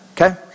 okay